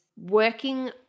Working